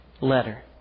letter